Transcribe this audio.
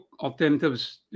alternatives